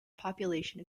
population